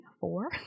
four